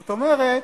זאת אומרת,